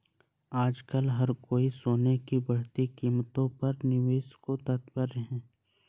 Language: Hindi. आजकल हर कोई सोने की बढ़ती कीमतों पर निवेश को तत्पर है